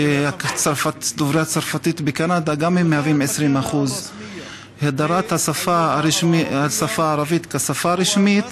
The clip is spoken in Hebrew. ודוברי הצרפתית בקנדה גם הם 20%. הדרת השפה הערבית כשפה רשמית